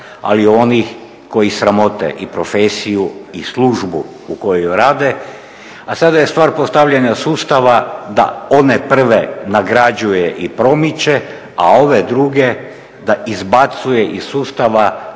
ali i onih koji sramote i profesiju i službu u kojoj rade. A sada je stvar postavljanja sustava da one prve nagrađuje i promiče, a one druge da izbacuje iz sustava